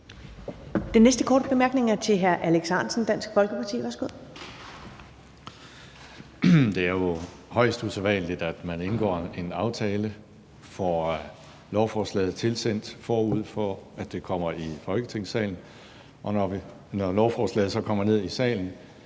Den næste korte bemærkning er til hr. Alex Ahrendtsen, Dansk Folkeparti. Værsgo. Kl. 13:05 Alex Ahrendtsen (DF): Det er jo højst usædvanligt, at man indgår en aftale, får lovforslaget tilsendt, forud for at det kommer i Folketingssalen, og når lovforslaget så kommer ned i salen,